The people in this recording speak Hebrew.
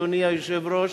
אדוני היושב-ראש.